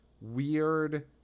weird